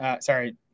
sorry –